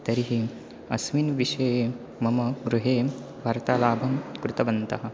तर्हि अस्मिन् विषये मम गृहे वार्तालापं कृतवन्तः